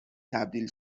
تبدیل